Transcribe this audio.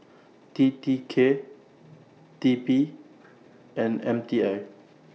T T K T P and M T I